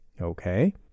Okay